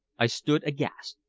i stood aghast.